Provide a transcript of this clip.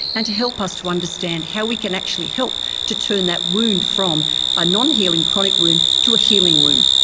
and to help us to understand how we can actually help to turn that wound from a non-healing chronic wound to a healing wound.